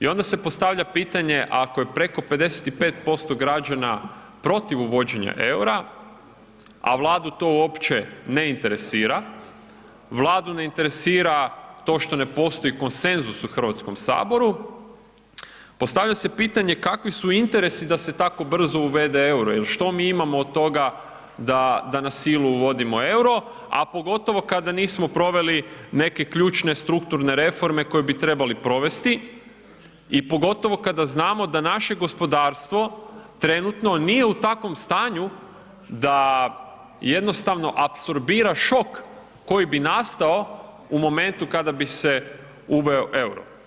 I onda se postavlja pitanje ako je preko 55% građana protiv uvođenja EUR-a, a Vladu to uopće ne interesira, Vladu ne interesira to što ne postoji konsenzus u Hrvatskom saboru, postavlja se pitanje kakvi su interesi da se tako brzo uvede EUR-o, jer što mi imamo od toga da na silu uvodimo EUR-o, a pogotovo kada nismo proveli neke ključne strukturne reforme koje bi trebali provesti i pogotovo kada znamo da naše gospodarstvo trenutno nije u takvom stanju da jednostavno apsorbira šok koji bi nastao u momentu kada bi se uveo EUR-o.